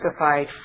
justified